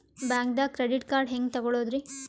ಬ್ಯಾಂಕ್ದಾಗ credit card ಹೆಂಗ್ ತಗೊಳದ್ರಿ?